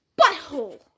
butthole